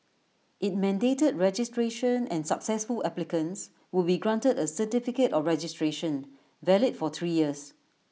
IT mandated registration and successful applicants would be granted A certificate of registration valid for three years